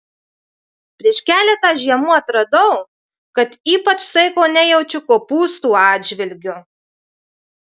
prieš keletą žiemų atradau kad ypač saiko nejaučiu kopūstų atžvilgiu